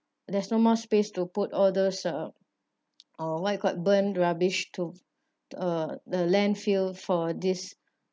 there's no more space to put all those uh or what you called burned rubbish to uh the landfill for this